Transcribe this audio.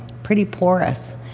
pretty porous.